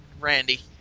Randy